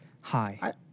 Hi